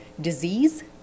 disease